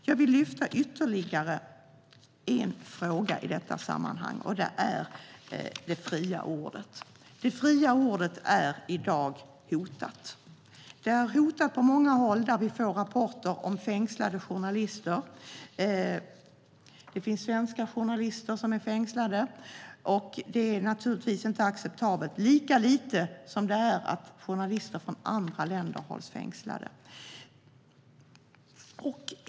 Jag vill lyfta fram ytterligare en fråga i detta sammanhang. Den handlar om det fria ordet. Det fria ordet är i dag hotat. Det är hotat på många håll. Vi får rapporter om fängslade journalister. Det finns svenska journalister som är fängslade, och det är naturligtvis inte acceptabelt, lika lite som det är acceptabelt att journalister från andra länder hålls fängslade.